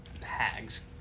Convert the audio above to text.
hags